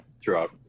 throughout